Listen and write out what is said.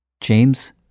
James